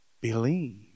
Believe